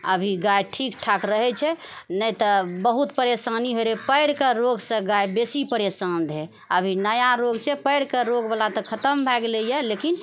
अभी गाय ठीक ठाक रहैत छै नहि तऽ बहुत परेशानी होइत रहै पएरके रोगसँ गाय बेसी परेशान रहै अभी नया रोग छै पएरके रोगवला तऽ खतम भए गेलैए लेकिन